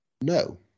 No